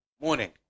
morning